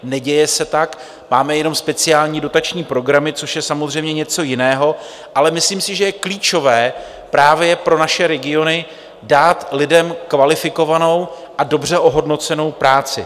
Neděje se, tak máme jenom speciální dotační programy, což je samozřejmě něco jiného, ale myslím si, že je klíčové právě pro naše regiony dát lidem kvalifikovanou a dobře ohodnocenou práci.